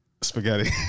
Spaghetti